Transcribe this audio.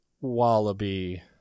Wallaby